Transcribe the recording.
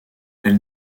elle